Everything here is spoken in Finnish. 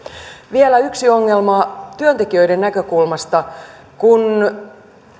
vielä yksi ongelma työntekijöiden näkökulmasta kun